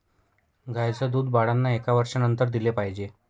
गाईचं दूध बाळांना एका वर्षानंतर दिले पाहिजे